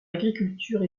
l’agriculture